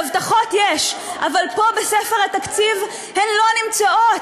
הבטחות יש, אבל פה בספר התקציב הן לא נמצאות.